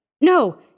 no